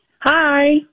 Hi